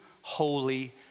holy